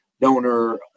donor